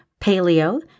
paleo